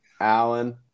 Allen